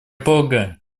полагаю